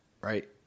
right